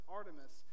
Artemis